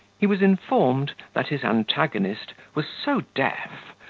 he was informed, that his antagonist was so deaf,